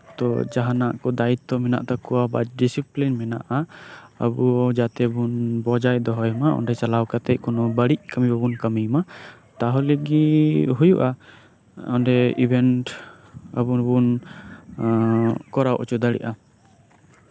ᱛᱳ ᱡᱟᱸᱦᱟᱱᱟᱜ ᱠᱚ ᱫᱟᱭᱤᱛᱛᱚ ᱢᱮᱱᱟᱜ ᱛᱟᱠᱚᱣᱟ ᱵᱟ ᱰᱮᱥᱤᱯᱤᱞᱤᱱ ᱢᱮᱱᱟᱜᱼᱟ ᱟᱵᱚ ᱡᱟᱛᱮ ᱵᱚᱱ ᱵᱚᱡᱟᱭ ᱫᱚᱦᱚᱭ ᱢᱟ ᱚᱱᱰᱮ ᱪᱟᱞᱟᱣ ᱠᱟᱛᱮᱜ ᱠᱳᱱᱳ ᱵᱟᱹᱲᱤᱡ ᱠᱟᱢᱤ ᱵᱟᱵᱚᱱ ᱠᱟᱹᱢᱤ ᱢᱟ ᱛᱟᱦᱞᱮ ᱜᱮ ᱦᱩᱭᱩᱜᱼᱟ ᱚᱱᱰᱮ ᱤᱵᱷᱮᱱᱴ ᱟᱵᱚ ᱵᱚᱱ ᱠᱚᱨᱟᱣ ᱦᱚᱪᱚ ᱫᱟᱲᱮᱭᱟᱜᱼᱟ